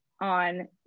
on